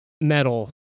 metal